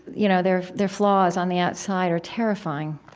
you know, their their flaws on the outside are terrifying,